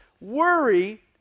Worry